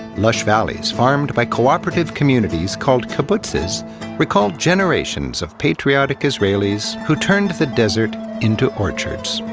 lush valleys farmed by co-operative communities called kibbutzes recall generations of patriotic israelis who turned the desert into orchards.